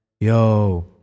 Yo